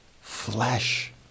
flesh